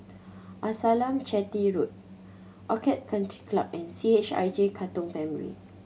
Amasalam Chetty Road Orchid Country Club and C H I J Katong Primary